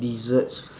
desserts